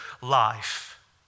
life